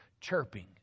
chirping